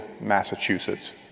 Massachusetts